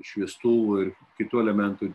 šviestuvų ir kitų elementų